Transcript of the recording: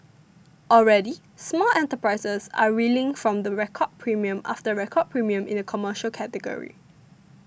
already small enterprises are reeling from record premium after record premium in the commercial category